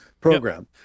program